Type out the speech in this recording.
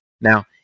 Now